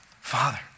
Father